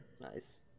Nice